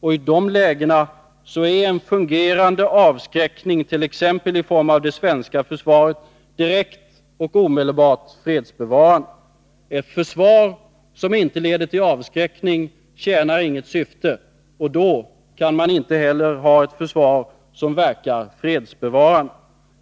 I de lägena är en fungerande avskräckning, t.ex. i form av det svenska försvaret, direkt och omedelbart fredsbevarande. Ett försvar som inte leder till avskräckning tjänar inget syfte. Då kan man inte heller ha ett försvar som verkar fredsbevarande.